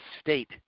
state